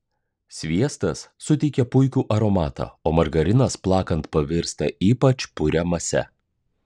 sviestas suteikia puikų aromatą o margarinas plakant pavirsta ypač puria mase